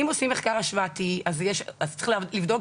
אם עושים מחקר השוואתי אז צריך לבדוק,